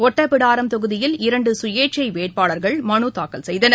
ஒட்டபிராடம் தொகுதியில் இரண்டு சுயேட்சை வேட்பாளர்கள் மனுத் தாக்கல் செய்தனர்